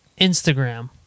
Instagram